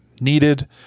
needed